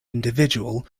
individual